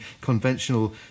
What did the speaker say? conventional